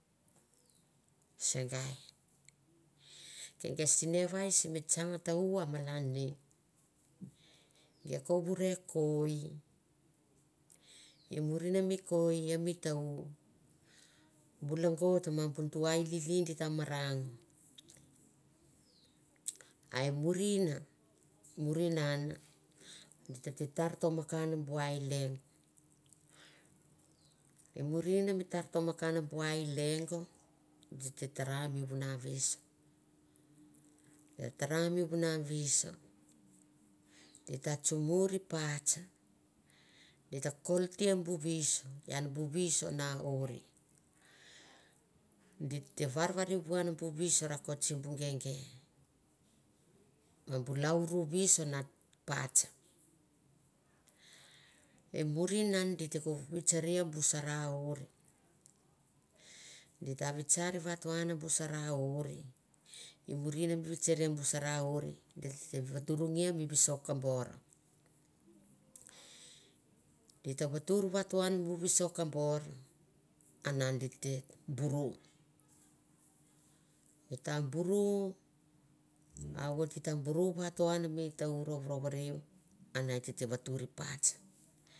Se ngai. ke ngai sinavai simi tsang ta- u a malan ni gai ko vure koi, ia mi ta u, bu longot ma bu nutu ai lili ta marang, a i murin murin and ditete tar tomakan bu ai leng, i murin mi tar tomakan bu ai lengo, di te tara mi vuna vesus, tara mi vuna veuso di ta tsumuir pats di ta kolte bu vieus, ian bu vieus na oir, di te varvariu an bu vieus rokot i gege, ma bu lauru veus na pats. I murin an di te ko vitssorea bai sara oir, di ta vitsar vaton bu sara oiri. i murin mi vitstarea oir di tevatureng mi bisok kobor, gi ta vatoan mi ta visok kabor a na di te buru di ta buru a voit di ta buru vatoan mi ta- u rourouvar a ne di te vatur pats.